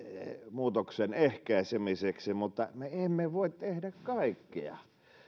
muutoksen ehkäisemiseksi mutta me emme voi tehdä kaikkea